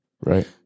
Right